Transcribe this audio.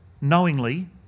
knowingly